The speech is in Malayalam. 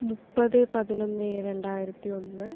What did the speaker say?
മുപ്പത് പതിനൊന്ന് രണ്ടായിരത്തി ഒന്ന്